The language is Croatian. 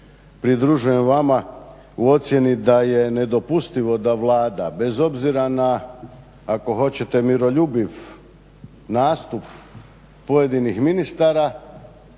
pridružujem vama u ocjeni da je nedopustivo da Vlada bez obzira na, ako hoćete miroljubiv nastup pojedinih ministara